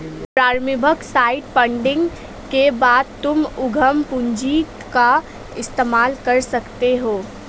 प्रारम्भिक seed funding के बाद तुम उद्यम पूंजी का इस्तेमाल कर सकते हो